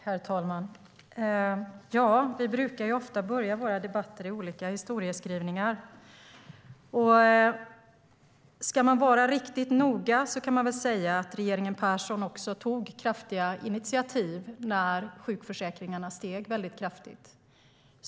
Herr talman! Vi brukar ofta börja våra debatter i olika historieskrivningar, och regeringen Persson tog faktiskt kraftiga initiativ när sjukskrivningarna steg.